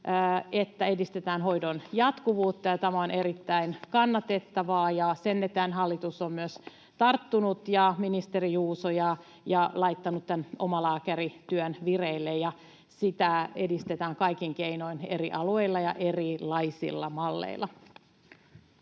että edistetään hoidon jatkuvuutta. Tämä on erittäin kannatettavaa, ja siihen hallitus, ministeri Juuso, on myös tarttunut ja laittanut tämän omalääkärityön vireille. Sitä edistetään kaikin keinoin eri alueilla ja erilaisilla malleilla.